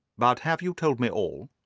but have you told me all?